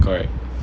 correct